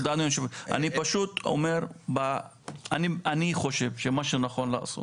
תודה אדוני היושב-ראש, אני חושב שמה שנכון לעשות